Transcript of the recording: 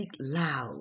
loud